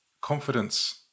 Confidence